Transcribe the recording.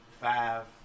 five